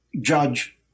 judge